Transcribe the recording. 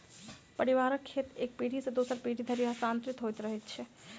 पारिवारिक खेत एक पीढ़ी सॅ दोसर पीढ़ी धरि हस्तांतरित होइत रहैत छै